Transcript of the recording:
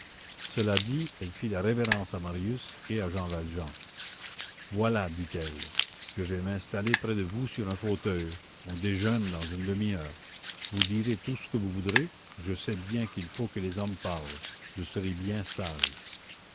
cela dit elle fit la révérence à marius et à jean valjean voilà dit-elle je vais m'installer près de vous sur un fauteuil on déjeune dans une demi-heure vous direz tout ce que vous voudrez je sais bien qu'il faut que les hommes parlent je serai bien sage